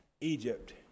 Egypt